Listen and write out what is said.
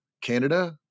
Canada